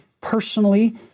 personally